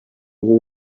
w’u